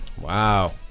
Wow